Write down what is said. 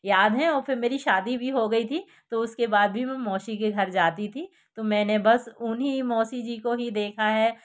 याद हैं और फिर मेरी शादी भी हो गई थी तो उसके बाद भी मैं मौसी के घर जाती थी तो मैंने बस उन्हीं मौसी जी को ही देखा है